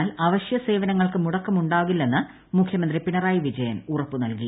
എന്നാൽ ആവശ്യസേവങ്ങൾക്ക് മുടക്കമുണ്ടാവില്ലെന്നു മുഖ്യമന്ത്രി പിണറായി വിജയൻ ഉറപ്പ് നൽകി